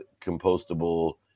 compostable